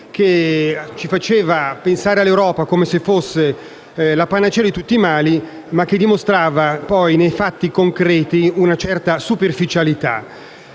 che ci faceva pensare all'Europa come alla panacea per tutti i mali, ma che dimostrava nei fatti concreti una certa superficialità.